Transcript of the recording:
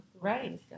Right